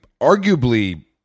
arguably